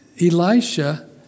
Elisha